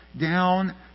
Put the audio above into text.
down